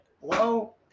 Hello